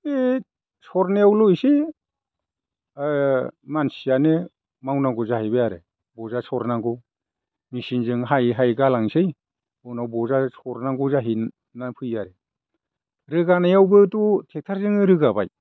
ओत सरनायावल' इसे मानसियानो मावनांगौ जाहैबाय आरो गजा सरनांगौ मेसिनजों हायै हायै गालांसै उनाव बजा सरनांगौ जाहैना फैयो आरो रोगानायावबोथ' ट्रेक्ट'रजोंनो रोगाबाय